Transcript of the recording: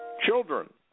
children